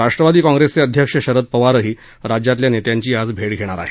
राष्ट्रवादी काँग्रेसचे अध्यक्ष शरद पवारही राज्यातील नेत्यांची आज भे घेणार आहेत